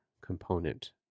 component